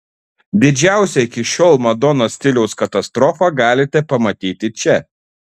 didžiausią iki šiol madonos stiliaus katastrofą galite pamatyti čia